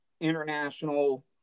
international